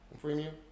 premium